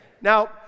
Now